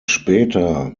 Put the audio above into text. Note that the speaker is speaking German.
später